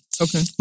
Okay